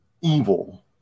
evil